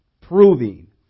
proving